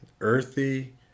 earthy